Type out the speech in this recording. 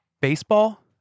baseball